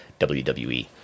wwe